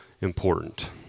important